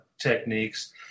techniques